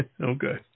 Okay